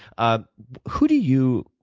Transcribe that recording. ah who do you,